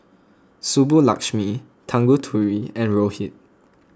Subbulakshmi Tanguturi and Rohit